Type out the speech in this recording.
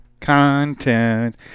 Content